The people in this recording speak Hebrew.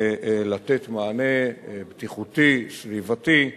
לתת מענה בטיחותי, סביבתי,